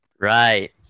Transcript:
Right